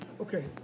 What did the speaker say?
Okay